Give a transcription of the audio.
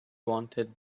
wanted